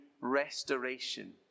restoration